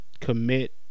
commit